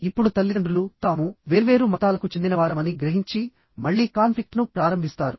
ఇప్పుడు తల్లిదండ్రులు తాము వేర్వేరు మతాలకు చెందినవారమని గ్రహించి మళ్ళీ కాన్ఫ్లిక్ట్ ను ప్రారంభిస్తారు